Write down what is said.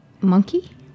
monkey